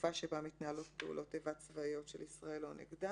בתקופה שבה מתנהלות פעולות איבה צבאיות של ישראל או נגדה".